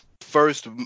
first